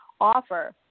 offer